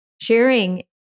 Sharing